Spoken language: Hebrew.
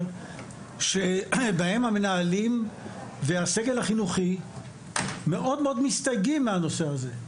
שבהם המנהלים והסגל החינוכי מאוד מסתייגים מהנושא הזה.